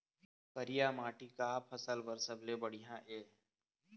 करिया माटी का फसल बर सबले बढ़िया ये?